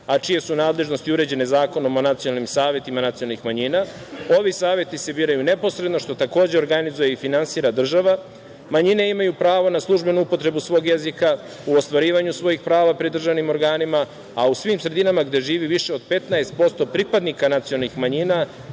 a čije su nadležnosti uređene Zakonom o nacionalnim savetima, nacionalnih manjina. Ovi saveti se biraju neposredno, što takođe organizuje i finansira država. Manjine imaju pravo na službenu upotrebu svog jezika, u ostvarivanju svojih prava pri državnim organima, a u svim sredinama gde živi više od 15% pripadnika nacionalnih manjina,